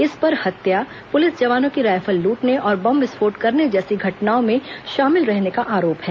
इस पर हत्या पुलिस जवानों की रायफल लूटने और बम विस्फोट करने जैसी घटनाओं में शामिल रहने का आरोप है